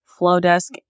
Flowdesk